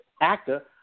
actor